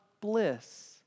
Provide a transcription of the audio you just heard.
bliss